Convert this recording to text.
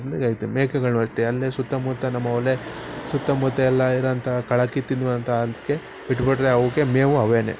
ಇದು ಮೇಕೆಗಳು ಅಷ್ಟೇ ಅಲ್ಲೇ ಸುತ್ತಮುತ್ತ ನಮ್ಮ ಹೊಲ ಸುತ್ತಮುತ್ತ ಎಲ್ಲ ಇರೋವಂಥ ಕಳೆ ಕಿತ್ತಿದ್ವಂತ ಅದಕ್ಕೆ ಬಿಟ್ಟು ಕೊಟ್ಟರೆ ಅವಕ್ಕೆ ಮೇವು ಅವೇನೆ